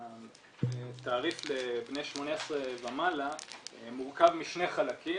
התעריף לבני 18 ומעלה מורכב משני חלקים.